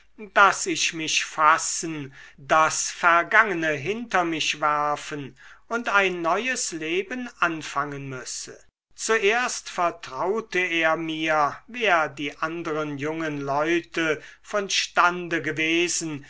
daß ich mich fassen das vergangene hinter mich werfen und ein neues leben anfangen müsse zuerst vertraute er mir wer die anderen jungen leute von stande gewesen